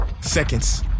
seconds